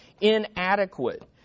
inadequate